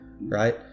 right